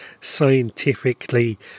scientifically